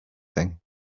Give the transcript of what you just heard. thing